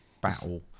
battle